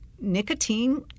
nicotine